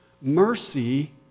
mercy